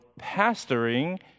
pastoring